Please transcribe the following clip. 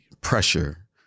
pressure